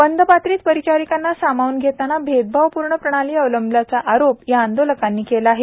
बंधपत्रित परिचारिकांना सामावून घेतांना भेदभाव प्र्ण प्रणाली अवलंबिल्याचा आरोप यांचा आंदोलकांनी केला आहे